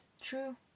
true